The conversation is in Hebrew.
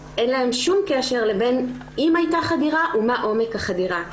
אין להן שום קשר לבין אם הייתה חדירה ומה עומק החדירה.